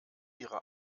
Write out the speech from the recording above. ihre